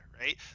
right